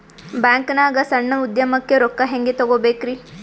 ಬ್ಯಾಂಕ್ನಾಗ ಸಣ್ಣ ಉದ್ಯಮಕ್ಕೆ ರೊಕ್ಕ ಹೆಂಗೆ ತಗೋಬೇಕ್ರಿ?